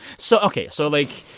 so ok. so, like,